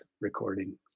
recording